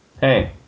Hey